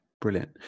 brilliant